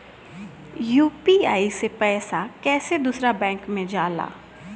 UPI से पैसा कैसे दूसरा बैंक मे जाला?